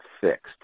fixed